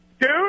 dude